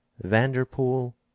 Vanderpool